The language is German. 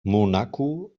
monaco